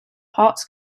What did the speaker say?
parts